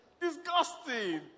disgusting